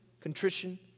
contrition